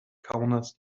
kaunas